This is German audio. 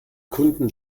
kunden